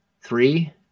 three